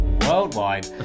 Worldwide